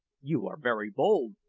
you are very bold,